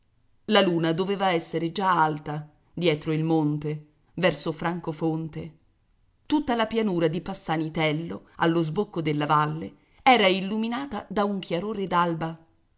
la luna doveva essere già alta dietro il monte verso francofonte tutta la pianura di passanitello allo sbocco della valle era illuminata da un chiarore